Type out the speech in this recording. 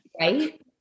Right